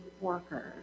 workers